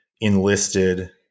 enlisted